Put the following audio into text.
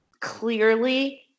clearly